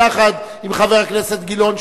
יחד עם חבר הכנסת גילאון,